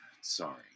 Sorry